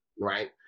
right